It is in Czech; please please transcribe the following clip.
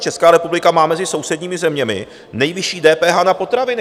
Česká republika má mezi sousedními zeměmi nejvyšší DPH na potraviny.